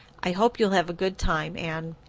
i hope you'll have a good time, anne.